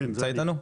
כן זה אני.